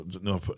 no